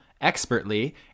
expertly